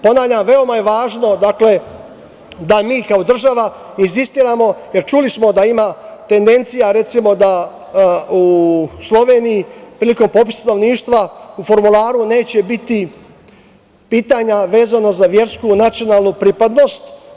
Ponavljam, veoma je važno da mi kao država insistiramo, jer čuli smo da ima tendencija recimo da u Sloveniji prilikom popisa stanovništva u formularu neće biti pitanja vezano za versku i nacionalnu pripadnost.